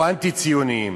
או אנטי-ציוניים.